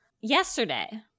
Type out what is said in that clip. yesterday